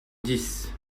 dix